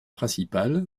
principale